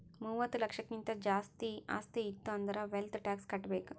ಮೂವತ್ತ ಲಕ್ಷಕ್ಕಿಂತ್ ಜಾಸ್ತಿ ಆಸ್ತಿ ಇತ್ತು ಅಂದುರ್ ವೆಲ್ತ್ ಟ್ಯಾಕ್ಸ್ ಕಟ್ಬೇಕ್